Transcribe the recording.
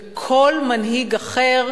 וכל מנהיג אחר